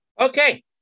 Okay